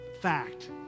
fact